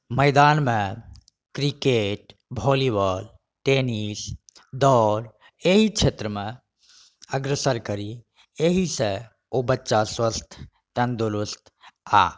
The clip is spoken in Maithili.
मैदानमे क्रिकेट वौल्ली बॉल टेनिस दौड़ एहि क्षेत्र मे अग्रसर करी एहिसँ ओ बच्चा स्वस्थ्य तंदुरुस्त आ